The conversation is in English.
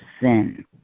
sin